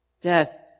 Death